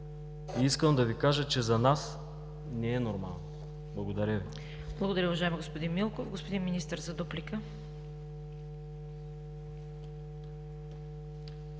Искам да Ви кажа, че за нас не е нормално. Благодаря Ви.